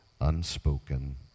unspoken